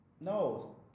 No